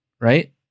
right